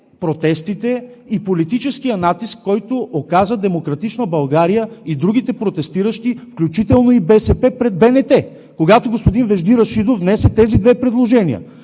протестите и политическия натиск, който оказа „Демократична България“ и другите протестиращи, включително и БСП пред БНТ. Когато господин Вежди Рашидов внесе тези две предложения,